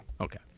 Okay